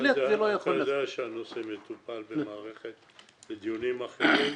אתה יודע שהנושא מטופל בדיונים אחרים,